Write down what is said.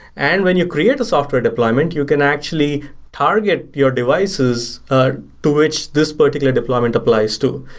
and when you create a software deployment, you can actually target your devices ah to which this particular deployment applies to.